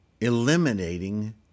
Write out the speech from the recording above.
eliminating